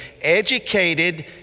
educated